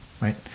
right